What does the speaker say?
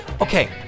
okay